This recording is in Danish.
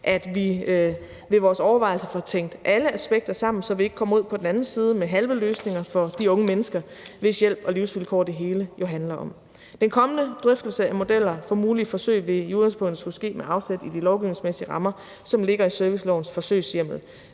at vi ved vores overvejelser får tænkt alle aspekter sammen, så vi ikke kommer ud på den anden side med halve løsninger for de unge mennesker, hvis hjælp og livsvilkår det hele jo handler om. Den kommende drøftelse af modeller for mulige forsøg vil i udgangspunktet skulle ske med afsæt i de lovgivningsmæssige rammer, som ligger i servicelovens forsøgshjemmel,